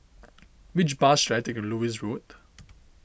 which bus should I take to Lewis Road